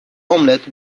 omelette